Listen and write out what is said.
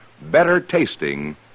better-tasting